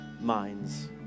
minds